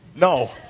No